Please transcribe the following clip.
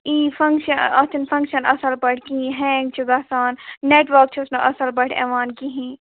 E function اَتھ چَھنہٕ function اصٕل پٲٹھۍ کِہیٖنۍ ہینٛگ چھُ گَژھان نیٚٹؤرک چھُس نہٕ اصٕل پٲٹھۍ یِوان کِہیٖنۍ